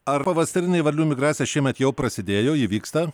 ar pavasarinė varlių migracija šiemet jau prasidėjo ji vyksta